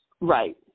Right